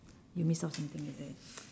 you miss out something is it